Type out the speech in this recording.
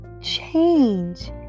Change